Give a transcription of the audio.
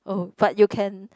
oh but you can